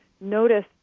notice